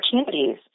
opportunities